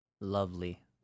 Lovely